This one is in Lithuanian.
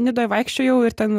nidoj vaikščiojau ir ten